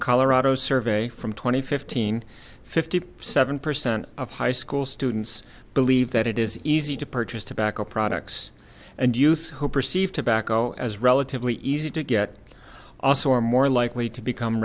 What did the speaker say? colorado survey from two thousand and fifteen fifty seven percent of high school students believe that it is easy to purchase tobacco products and youth who perceive tobacco as relatively easy to get also are more likely to become